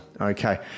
okay